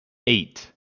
eight